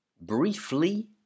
briefly